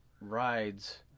rides